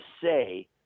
say